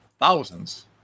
thousands